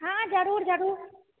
हँ जरूर जरूर